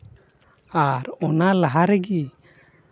ᱟᱨ ᱚᱱᱟ ᱞᱟᱦᱟ ᱨᱮᱜᱮ